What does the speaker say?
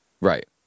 Right